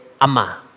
Ama